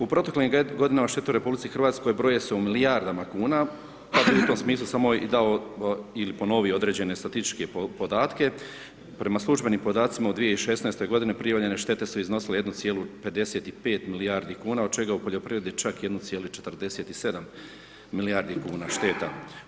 U proteklim godinama, štete u RH broje se u milijardama kuna, pa u tom smislu samo i dao ili ponovio određene statističke podatke, prema službenim podacima u 2016. prijavljene štete su iznosile 1,55 milijardi kuna, od čega u poljoprivredi čak 1,47 milijardi kuna šteta.